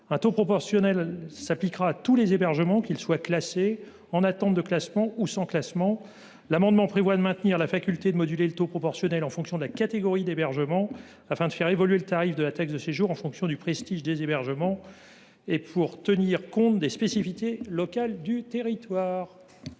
Un taux proportionnel s’appliquera à tous les hébergements, qu’ils soient classés, en attente de classement ou sans classement. Cet amendement tend à maintenir la faculté de moduler le taux proportionnel en fonction de la catégorie d’hébergement afin de faire évoluer le tarif de la taxe de séjour en fonction du prestige des hébergements et pour tenir compte des spécificités locales du territoire.